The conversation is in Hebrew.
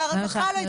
של כל התוכנית,